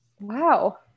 Wow